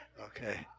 Okay